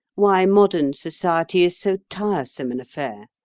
why modern society is so tiresome an affair.